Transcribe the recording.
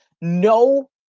no